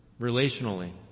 relationally